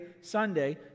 Sunday